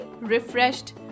refreshed